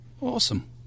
Awesome